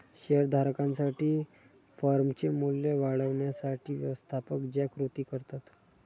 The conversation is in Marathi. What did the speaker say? शेअर धारकांसाठी फर्मचे मूल्य वाढवण्यासाठी व्यवस्थापक ज्या कृती करतात